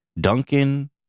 Duncan